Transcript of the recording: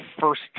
first